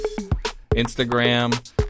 Instagram